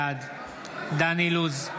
בעד דן אילוז,